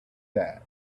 that